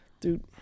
Dude